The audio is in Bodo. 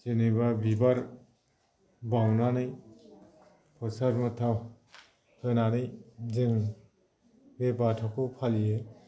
जेनेबा बिबार बाउनानै होनानै जों बे बाथौखौ फालियो